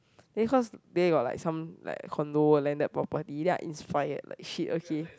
then cause there got like some like condo landed property then I inspired like shit okay